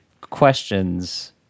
questions